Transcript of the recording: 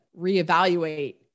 reevaluate